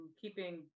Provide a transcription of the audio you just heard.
keeping